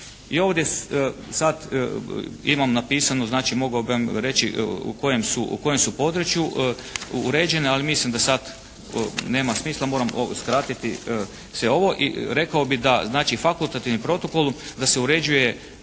I ovdje sad imam napisano znači, mogao bi vam reći u kojem su području uređene ali mislim da sad nema smisla, moram skratiti se ovo. I rekao bi da znači, fakultativnim protokom da se uređuje